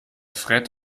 fred